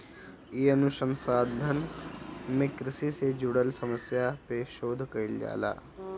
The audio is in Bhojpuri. इ अनुसंधान में कृषि से जुड़ल समस्या पे शोध कईल जाला